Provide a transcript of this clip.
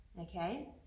okay